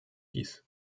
dies